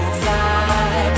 fly